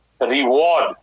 reward